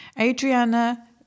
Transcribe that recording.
Adriana